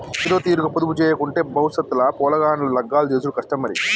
ఏదోతీరుగ పొదుపుజేయకుంటే బవుసెత్ ల పొలగాండ్ల లగ్గాలు జేసుడు కష్టం మరి